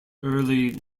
early